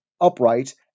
upright